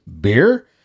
beer